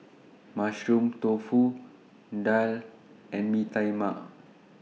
Mushroom Tofu Daal and Mee Tai Mak